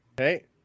Okay